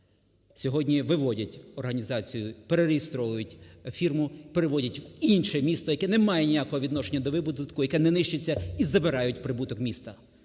Сьогодні виводять організацію, перереєстровують фірму, переводять в інше місто, яке не має ніякого відношення до видобутку, яке не нищиться, і забирають прибуток міста.